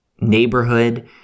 neighborhood